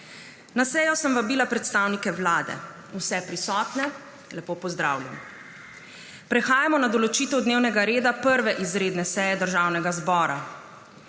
Na sejo sem vabila predstavnike Vlade. Vse prisotne lepo pozdravljam! Prehajamo na določitev dnevnega reda 1. izredne seje Državnega zbora.